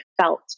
felt